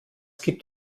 gibt